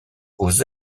aux